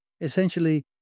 Essentially